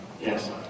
Yes